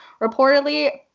Reportedly